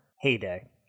heyday